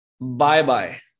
Bye-bye